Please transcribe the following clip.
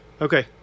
Okay